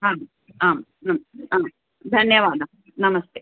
आम् आम् आं धन्यवादः नमस्ते